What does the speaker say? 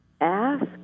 Ask